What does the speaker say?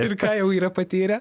ir ką jau yra patyrę